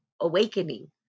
awakening